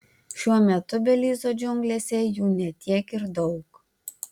šiuo metu belizo džiunglėse jų ne tiek ir daug